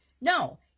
No